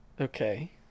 Okay